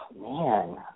man